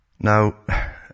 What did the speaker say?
Now